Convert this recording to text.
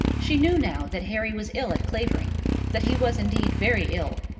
she knew now that harry was ill at clavering that he was indeed very ill,